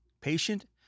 patient